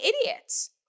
idiots